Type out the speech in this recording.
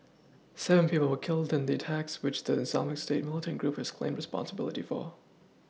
seven people were killed in the attacks which the islamic state militant group has claimed responsibility for